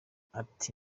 ati